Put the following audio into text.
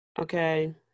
Okay